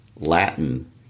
Latin